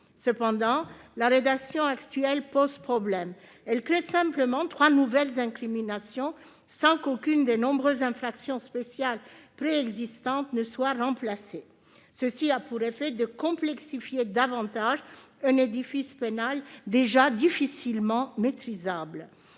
Cependant, la rédaction actuelle pose problème. Elle crée simplement trois nouvelles incriminations sans qu'aucune des nombreuses infractions spéciales préexistantes soit remplacée. Cela a pour effet de complexifier davantage un édifice pénal déjà difficilement maîtrisable.